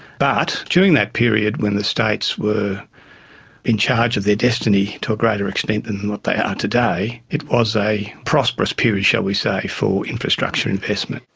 but during that period when the states were in charge of their destiny to a greater extent than what they are today, it was a prosperous period, shall we say, for infrastructure investment.